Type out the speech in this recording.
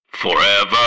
FOREVER